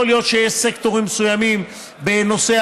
יכול להיות שיש סקטורים מסוימים בנושא